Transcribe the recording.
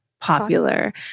popular